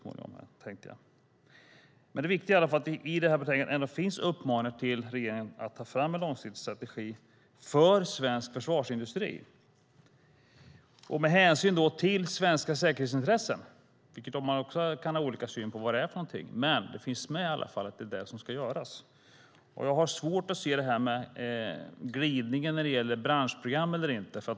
Det viktiga är i alla fall att det i betänkandet finns en uppmaning till regeringen att ta fram en långsiktig strategi för svensk försvarsindustri, då med hänsyn till svenska säkerhetsintressen - och man kan ha olika syn på vad det är. Men det finns i alla fall med att det är det som ska göras. Jag har svårt att se glidningen när det gäller branschprogram eller inte.